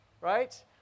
Right